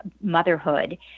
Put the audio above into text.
motherhood